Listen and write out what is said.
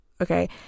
okay